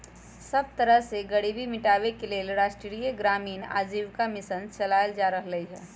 सब तरह से गरीबी मिटाबे के लेल राष्ट्रीय ग्रामीण आजीविका मिशन चलाएल जा रहलई ह